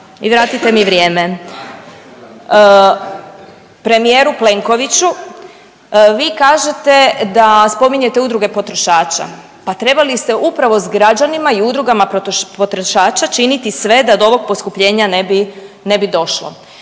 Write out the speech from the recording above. I vratite mi vrijeme. Premijeru Plenkoviću vi kažete da spominjete udruge potrošaka, pa trebali ste upravo s građanima i udrugama potrošača činiti sve da do ovoga poskupljenja ne bi,